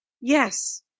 Yes